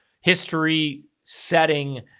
history-setting